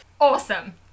Awesome